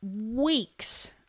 weeks